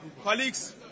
Colleagues